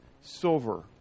silver